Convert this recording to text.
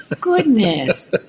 goodness